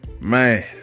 Man